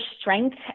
strength